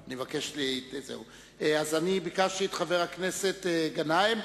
אז ביקשתי את חבר הכנסת גנאים,